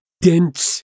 dense